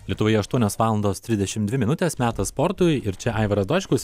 lietuvoje aštuonios valandos trisdešim dvi minutės metas sportui ir čia aivaras dočkus